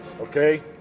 okay